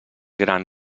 gran